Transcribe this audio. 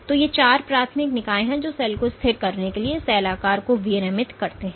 तो ये चार प्राथमिक निकाय हैं जो सेल को स्थिर करने के लिए सेल आकार को विनियमित करते हैं